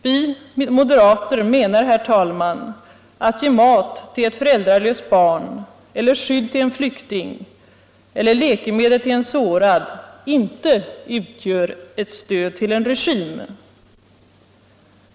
Vi moderater menar, herr talman, att det inte utgör ett stöd till en regim att ge mat till ett föräldralöst barn, skydd till en flykting eller läkemedel till en sårad.